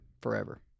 forever